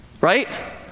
Right